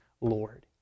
Lord